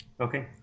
okay